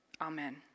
Amen